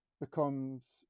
becomes